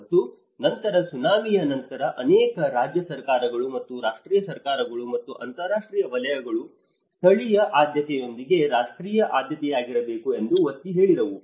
ಮತ್ತು ನಂತರ ಸುನಾಮಿಯ ನಂತರ ಅನೇಕ ರಾಜ್ಯ ಸರ್ಕಾರಗಳು ಮತ್ತು ರಾಷ್ಟ್ರೀಯ ಸರ್ಕಾರಗಳು ಮತ್ತು ಅಂತರರಾಷ್ಟ್ರೀಯ ವಲಯಗಳು ಸ್ಥಳೀಯ ಆದ್ಯತೆಯೊಂದಿಗೆ ರಾಷ್ಟ್ರೀಯ ಆದ್ಯತೆಯಾಗಿರಬೇಕು ಎಂದು ಒತ್ತಿ ಹೇಳಿದವು